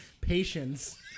patience